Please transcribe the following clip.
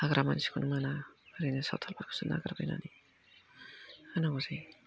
हाग्रा मानसिखौनो मोना ओरैनो सावथालफोरखौसो नागिरबायनानै हानांगौ जायो